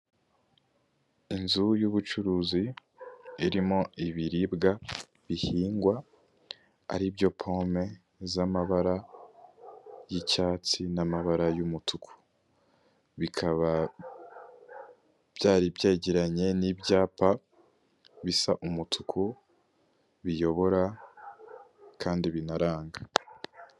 Inzu y'ubucuruzi, irimo ibiribwa bihingwa, aribyo pome z'amabara y'icyatsi n'amabara y'umutuku. Bikaba byari byegeranye n'ibyapa bisa umutuku, biyobora kandi binaranga.